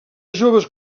joves